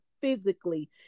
physically